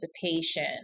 participation